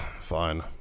Fine